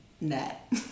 net